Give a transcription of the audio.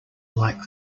like